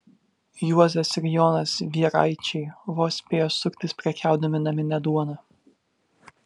juozas ir jonas vieraičiai vos spėjo suktis prekiaudami namine duona